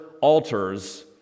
altars